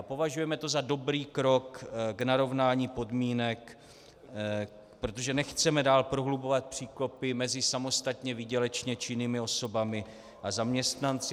Považujeme to za dobrý krok k narovnání podmínek, protože nechceme dál prohlubovat příkopy mezi samostatně výdělečnými osobami a zaměstnanci.